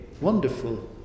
wonderful